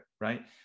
right